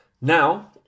Now